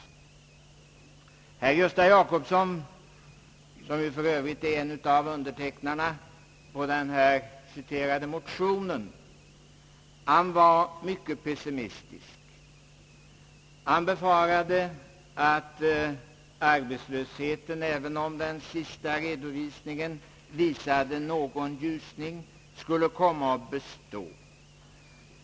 Herr Gösta Jacobsson, som för Övrigt hör till undertecknarna av den nyss citerade högermotionen, var mycket pessimistisk. Han befarade att arbetslösheten, även om den senaste redovisningen visade någon ljusning, skulle komma att bestå.